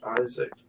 Isaac